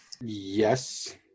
yes